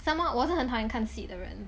somemore 我是很讨厌看戏的人